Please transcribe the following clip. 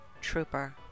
Trooper